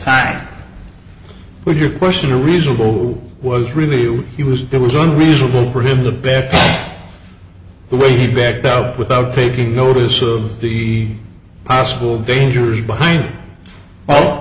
where your question or reasonable was really he was there was only reasonable for him the bat the way he backed out without taking notice of the possible dangers behind all